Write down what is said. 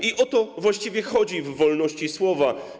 I o to właściwie chodzi w wolności słowa.